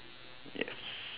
yes